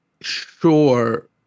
Sure